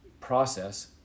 process